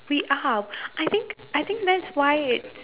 we are I think I think that's why